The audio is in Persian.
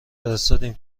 فرستادیم